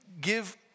give